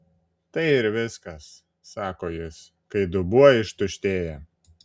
tai ir viskas sako jis kai dubuo ištuštėja